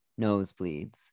nosebleeds